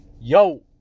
Yo